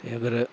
ते अगर